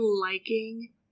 liking